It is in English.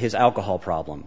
his alcohol problem